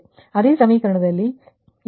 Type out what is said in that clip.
ಅದೇ ಸಮೀಕರಣವನ್ನು ನೀವಿಲ್ಲಿ ಬರೆಯುತ್ತಿದ್ದೀರಿ